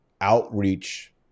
outreach